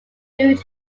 blue